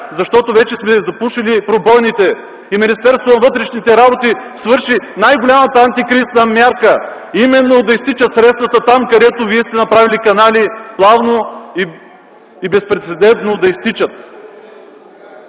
защото вече сме запушили пробойните. Министерството на вътрешните работи свърши най-голямата антикризисна мярка – да не изтичат средства там, където сте направили канали плавно и безпрецедентно да изтичат.